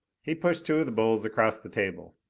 he pushed two of the bowls across the table.